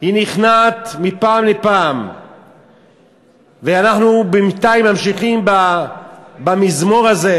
נכנעת מפעם לפעם ואנחנו בינתיים ממשיכים במזמור הזה,